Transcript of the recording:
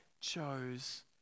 chose